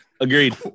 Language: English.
Agreed